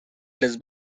les